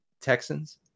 Texans